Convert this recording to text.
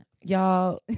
Y'all